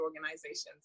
organizations